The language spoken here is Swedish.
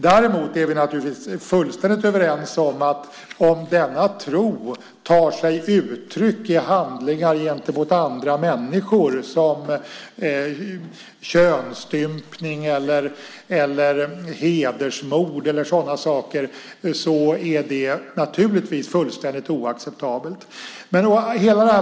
Däremot är vi naturligtvis fullständigt överens om att om denna tro tar sig uttryck i handlingar gentemot andra människor - könsstympning, hedersmord och sådana saker - är det något som naturligtvis är fullständigt oacceptabelt.